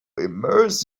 immerse